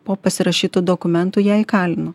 po pasirašytų dokumentų ją įkalino